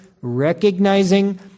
recognizing